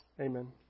Amen